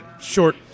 Short